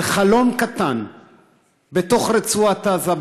על חלון קטן בתוך רצועת עזה,